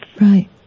Right